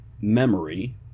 memory